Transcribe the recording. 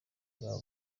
bwaba